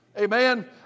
Amen